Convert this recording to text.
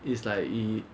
it's like i~